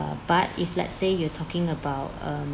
uh but if let's say you're talking about um